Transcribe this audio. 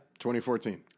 2014